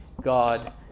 God